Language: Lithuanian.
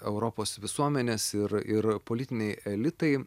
europos visuomenės ir ir politiniai elitai